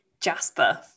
Jasper